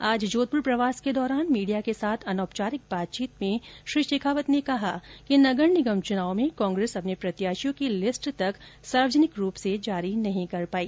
आज जोधपुर प्रवास के दौरान मीडिया के साथ अनौपचारिक बातचीत में श्री शेखावत ने कहा कि नगर निगम चुनाव में कांग्रेस अपने प्रत्याशियों की लिस्ट तक सार्यजनिक रूप से जारी नहीं कर पाई